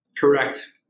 Correct